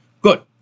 Good